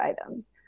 items